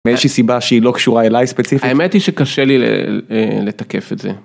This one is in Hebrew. מאיזשהי סיבה שהיא לא קשורה אליי ספציפית. האמת היא שקשה לי לתקף את זה.